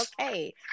okay